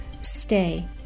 Stay